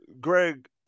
Greg